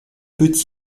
peut